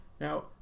Now